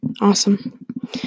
Awesome